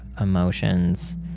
emotions